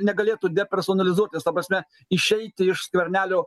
negalėtų depersonalizuotis ta prasme išeiti iš skvernelio